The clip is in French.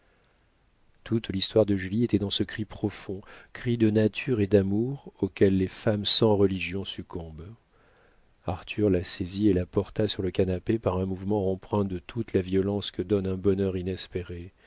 toute l'histoire de julie était dans ce cri profond cri de nature et d'amour auquel les femmes sans religion succombent arthur la saisit et la porta sur le canapé par un mouvement empreint de toute la violence que donne un bonheur inespéré